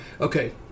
Okay